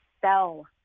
sell